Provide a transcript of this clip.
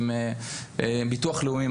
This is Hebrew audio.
עם ביטוח לאומי,